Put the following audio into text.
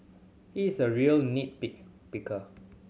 he is a real nit pick picker